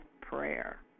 prayer